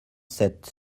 sept